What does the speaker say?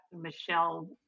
Michelle